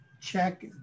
check